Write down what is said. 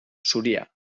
zuria